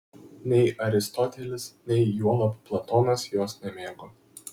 nei aristotelis nei juolab platonas jos nemėgo